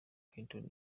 clinton